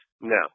No